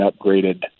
upgraded